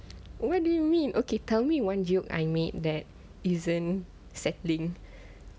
what do you mean okay tell me one joke that I made that isn't settling